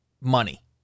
money